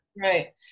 Right